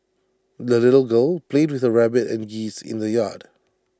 the little girl played with her rabbit and geese in the yard